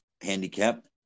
handicapped